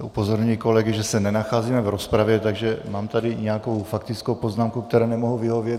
Upozorňuji kolegy, že se nenacházíme v rozpravě, takže mám tady nějakou faktickou poznámku, které nemohu vyhovět.